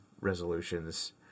resolutions